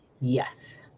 Yes